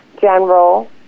general